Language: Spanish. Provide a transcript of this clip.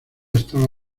estaba